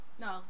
No